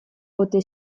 ote